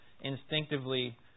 instinctively